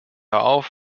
auf